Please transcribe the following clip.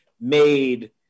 made